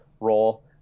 role